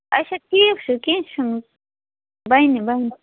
اچھا ٹھیٖک چھُ کیٚنہہ چھُنہٕ بَنہِ بَنہِ